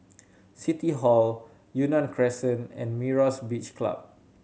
City Hall Yunnan Crescent and Myra's Beach Club